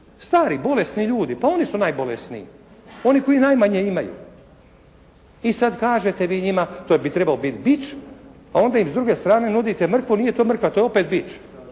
Stari, bolesni ljudi. Pa oni su najbolesniji. Oni koji najmanje imaju. I sad kažete vi njima … /Govornik se ne razumije./ … bi trebao biti bič, a onda im s druge strane nudite mrkvu. Nije to mrkva, to je opet bič.